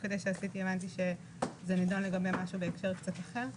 הבנתי שזה נדון לגבי משהו בהקשר קצת אחר.